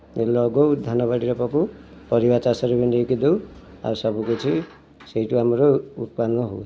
ଲଗାଉ ଧାନ ବାଡ଼ିରେ ପକାଉ ପରିବା ଚାଷରେ ବି ନେଇକି ଦେଉ ଆଉ ସବୁ କିଛି ସେଇଠୁ ଆମର ଉତ୍ପାଦନ ହୁଏ